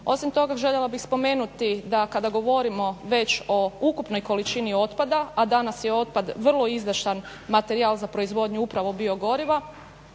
Osim toga, željela bih spomenuti da kada govorimo već o ukupnoj količini otpada, a danas je otpad vrlo izdašan materijal za proizvodnju upravo biogoriva